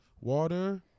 Water